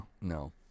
No